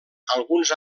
alguns